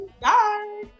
bye